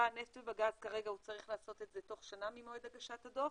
בנפט ובגז הוא צריך לעשות את זה תוך שנה ממועד הגשת הדוח,